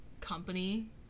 company